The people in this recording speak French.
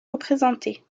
représentés